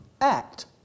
act